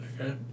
Okay